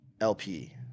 LP